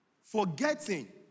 forgetting